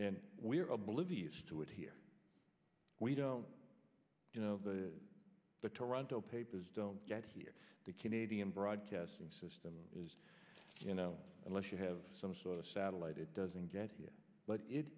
and we're oblivious to it here we don't you know the toronto papers don't get here the canadian broadcasting system is you know unless you have some sort of satellite it doesn't get here but it